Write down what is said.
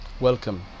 Welcome